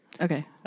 okay